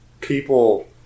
people